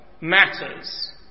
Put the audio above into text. matters